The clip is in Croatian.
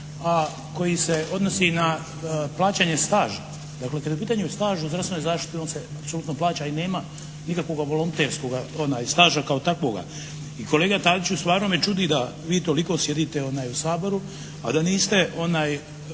a koji se odnosi na plaćanje staža. Dakle kad je u pitanju staž u zdravstvenoj zaštiti on se apsolutno plaća i nema nikakvoga volunterskoga onaj staža kao takvoga. I kolega Tadiću stvarno me čudi da vi toliko sjedite u Saboru a da niste,